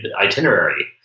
itinerary